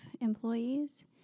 employees